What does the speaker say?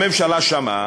הממשלה שמעה,